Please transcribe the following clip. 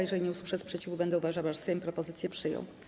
Jeżeli nie usłyszę sprzeciwu, będę uważała, że Sejm propozycję przyjął.